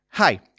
Hi